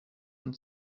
und